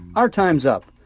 our time's up.